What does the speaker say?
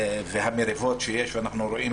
ואנחנו רואים